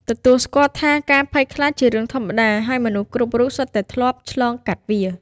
ទទួលស្គាល់ថាការភ័យខ្លាចជារឿងធម្មតា ហើយមនុស្សគ្រប់រូបសុទ្ធតែធ្លាប់ឆ្លងកាត់វា។